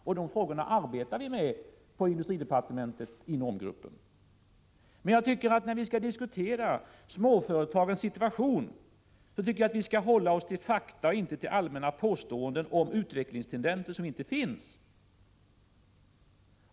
Men på industridepartementet arbetar vi inom gruppen med dessa frågor. Jag tycker emellertid att vi när vi diskuterar småföretagarnas situation skall hålla oss till fakta och inte komma med allmänna påståenden om utvecklingstendenser som inte finns.